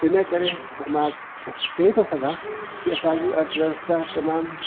इन करे मां चई थो सघां कि असांजी अर्थव्यवस्था तमामु